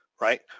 right